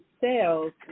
sales